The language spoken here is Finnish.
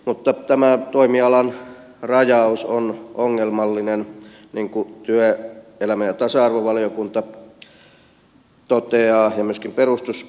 mutta tämä toimialan rajaus on ongelmallinen niin kuin työelämä ja tasa arvovaliokunta toteaa ja myöskin perustuslakivaliokunta